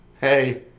Hey